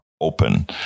open